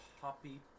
Poppy